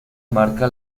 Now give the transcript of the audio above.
marca